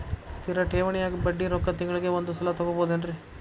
ಸ್ಥಿರ ಠೇವಣಿಯ ಬಡ್ಡಿ ರೊಕ್ಕ ತಿಂಗಳಿಗೆ ಒಂದು ಸಲ ತಗೊಬಹುದೆನ್ರಿ?